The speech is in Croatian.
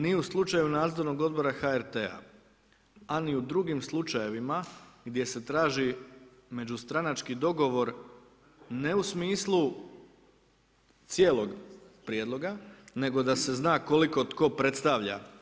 Ni u slučaju nadzornog odbora HRT-a a ni u drugim slučajevima, gdje se traži međustranački dogovor, ne u smislu cijelog prijedloga, nego da se zna, koliko tko predstavlja.